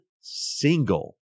single